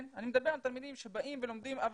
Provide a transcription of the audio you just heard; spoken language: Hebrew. אני מדבר על תלמידים שבאים ולומדים.